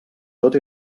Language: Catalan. tot